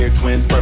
ah twins, but